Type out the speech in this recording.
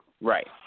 Right